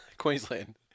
Queensland